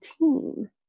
team